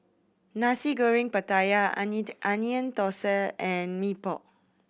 Nasi Goreng Pattaya I need Onion Thosai and Mee Pok